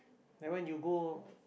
that one you go